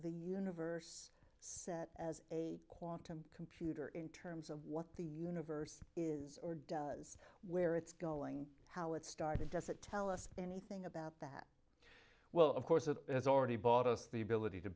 the universe set as a quantum computer in terms of what the universe is or does where it's going what started does it tell us anything about that well of course it is already bought us the ability to